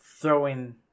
throwing